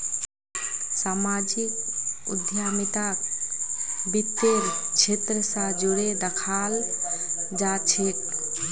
सामाजिक उद्यमिताक वित तेर क्षेत्र स जोरे दखाल जा छेक